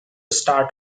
start